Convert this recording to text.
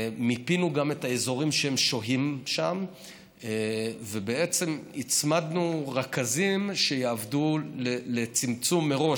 מיפינו גם את האזורים שהם שוהים בהם והצמדנו רכזים שיעבדו לצמצום מראש,